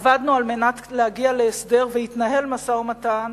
עבדנו על מנת להגיע להסדר והתנהל משא-ומתן